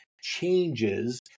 changes